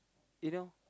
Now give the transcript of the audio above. you know